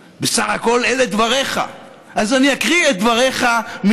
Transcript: הממשלה, שלא רצית שמישהו יזכיר לך,